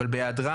אבל בהיעדרה,